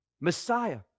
Messiah